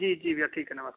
जी जी भैया ठीक है नमस